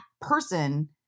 person